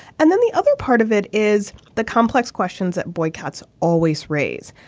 and then the other part of it is the complex questions that boycotts always raise.